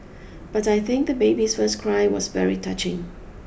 but I think the baby's first cry was very touching